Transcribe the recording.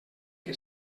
que